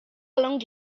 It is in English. long